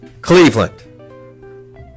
Cleveland